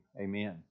amen